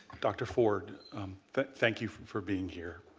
dr. ford thank you for being here.